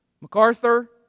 MacArthur